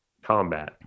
Combat